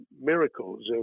miracles